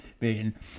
vision